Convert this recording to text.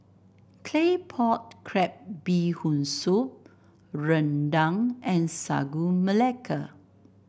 Claypot Crab Bee Hoon Soup rendang and Sagu Melaka